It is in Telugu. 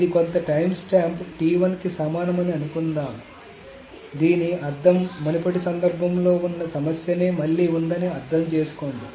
ఇది కొంత టైమ్స్టాంప్ కి సమానమని అనుకుందా దీని అర్థం మునుపటి సందర్భంలో ఉన్న సమస్యనే మళ్లీ ఉందని అర్థం చేసుకోండి